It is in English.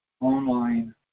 online